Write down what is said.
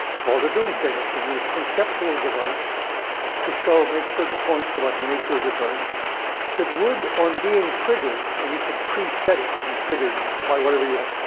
called a doomsday machine. it was a conceptual device to make certain points about the nature of deterrence that would, on being triggered and you could preset it to be triggered by whatever you want,